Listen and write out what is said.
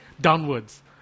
downwards